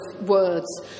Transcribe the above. words